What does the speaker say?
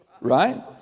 Right